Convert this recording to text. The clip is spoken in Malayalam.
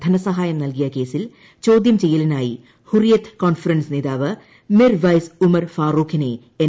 ധനസഹായം നൽകിയ കേസിൽ ചോദ്യാ ചെയ്യലിനായി ഹുറിയത്ത് കോൺഫറൻസ് നേതാവ് മിർവൈസ് ഉമർ ഫാറൂഖിനെ എൻ